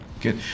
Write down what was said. Good